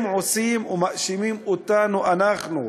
הם עושים, ומאשימים אותנו, אותנו,